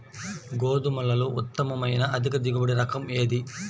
గోధుమలలో ఉత్తమమైన అధిక దిగుబడి రకం ఏది?